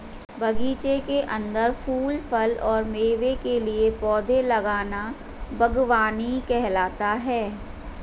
बगीचे के अंदर फूल, फल और मेवे के लिए पौधे लगाना बगवानी कहलाता है